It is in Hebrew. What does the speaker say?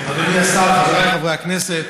אדוני השר, חבריי חברי הכנסת,